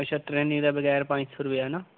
अच्छा ट्रेनिंग दे बगैर पंञ सौ रपेआ है ना